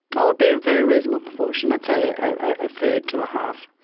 it would be a very reasonable proportion, i'd say a third to a half.